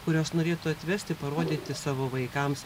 kurios norėtų atvesti parodyti savo vaikams